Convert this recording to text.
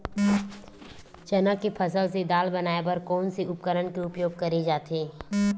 चना के फसल से दाल बनाये बर कोन से उपकरण के उपयोग करे जाथे?